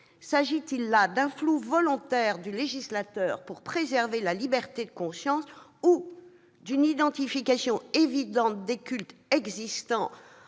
S'agit-il d'un flou volontaire, de la part du législateur, pour préserver la liberté de conscience ou d'une identification évidente des cultes existants